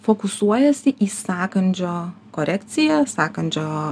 o fokusuojasi į sąkandžio korekcija sąkandžio